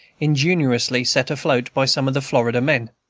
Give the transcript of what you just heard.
ingeniously set afloat by some of the florida men.